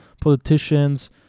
politicians